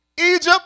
Egypt